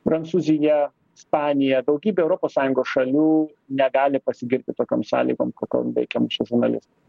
prancūzija ispanija daugybė europos sąjungos šalių negali pasigirti tokiom sąlygom kokiom veikia mūsų žurnalistai